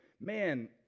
man